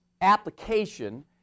application